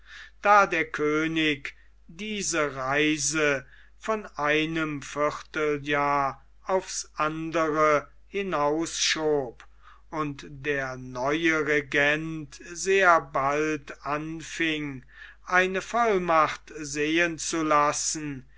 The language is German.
da der könig diese reise von einem vierteljahr aufs andere hinausschob und der neue regent sehr bald anfing eine vollmacht sehen zu lassen